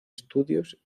estudios